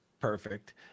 Perfect